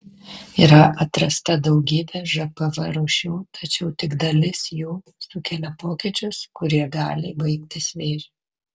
yra atrasta daugybė žpv rūšių tačiau tik dalis jų sukelia pokyčius kurie gali baigtis vėžiu